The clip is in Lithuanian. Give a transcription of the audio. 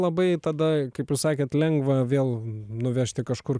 labai tada kaip jūs sakėt lengva vėl nuvežti kažkur